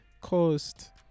cost